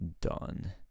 done